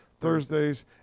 Thursdays